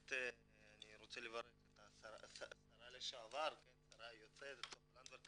באמת אני רוצה לברך את השרה היוצאת סופה לנדבר,